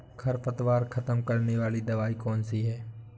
खरपतवार खत्म करने वाली दवाई कौन सी है?